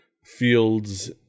fields